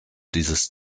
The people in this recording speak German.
dieses